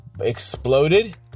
exploded